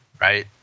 right